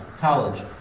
college